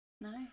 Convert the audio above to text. No